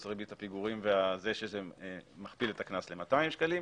ריבית הפיגורים והכפלת הקנס ל-200 שקלים,